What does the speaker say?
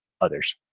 others